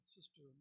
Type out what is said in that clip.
Sister